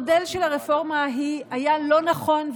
המודל של הרפורמה ההיא היה לא נכון,